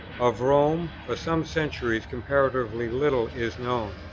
of rome for some centuries comparatively little is known.